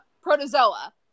Protozoa